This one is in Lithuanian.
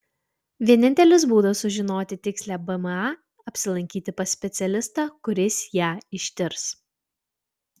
vienintelis būdas sužinoti tikslią bma apsilankyti pas specialistą kuris ją ištirs